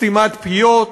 סתימת פיות.